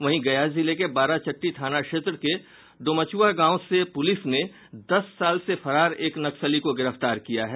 वहीं गया जिले के बाराचट्टी थाना क्षेत्र के डोमचुआं गांव से पुलिस ने दस साल से फरार एक नक्सली को गिरफ्तार किया है